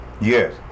yes